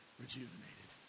rejuvenated